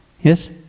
Yes